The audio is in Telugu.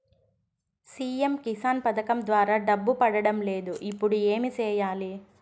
సి.ఎమ్ కిసాన్ పథకం ద్వారా డబ్బు పడడం లేదు ఇప్పుడు ఏమి సేయాలి